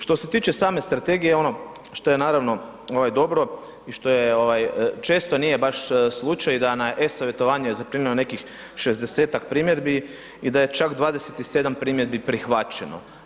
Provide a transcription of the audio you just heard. Što se tiče same Strategije, ono što je naravno dobro i što je ovaj, često nije baš slučaj da na e-savjetovanje zaprimljeno je nekih 60-ak primjedbi, i da je čak 27 primjedbi prihvaćeno.